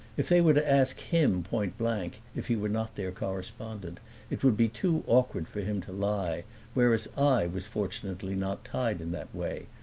if they were to ask him point-blank if he were not their correspondent it would be too awkward for him to lie whereas i was fortunately not tied in that way.